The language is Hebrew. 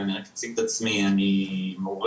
אני מורה